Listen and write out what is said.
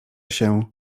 się